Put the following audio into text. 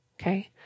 Okay